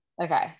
okay